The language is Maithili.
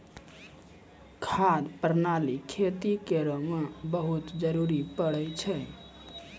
खाद प्रणाली खेती करै म बहुत जरुरी पड़ै छै